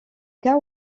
cas